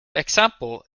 example